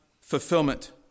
fulfillment